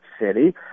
City